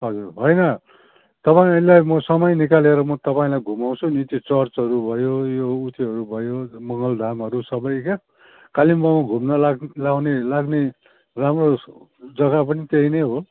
हजुर होइन तपाईँलाई म समय निकालेर म तपाईँलाई घुमाउछु नि त्यो चर्चहरू भयो यो उत्योहरू भयो मङ्गलधामहरू सबै क्या कालिम्पोङमा घुम्न लायक लाउने लाग्ने राम्रो जग्गा पनि त्यही नै हो